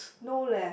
no leh